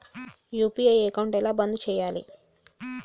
UPI account ఎలా బంద్ చేయాలి?